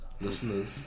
Listeners